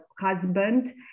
husband